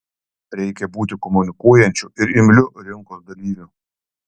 reikia būti komunikuojančiu ir imliu rinkos dalyviu